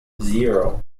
zero